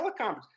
telecoms